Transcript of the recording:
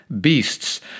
beasts